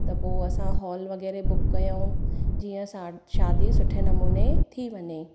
त पोइ असां हॉल वग़ैरह बुक कयऊं जीअं शादी सुठे नमूने थी वञे